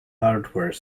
hardware